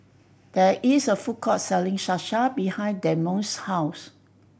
there is a food court selling Salsa behind Dameon's house